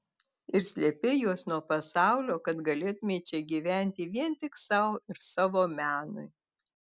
ir slėpei juos nuo pasaulio kad galėtumei čia gyventi vien tik sau ir savo menui